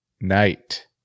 night